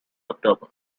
october